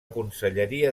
conselleria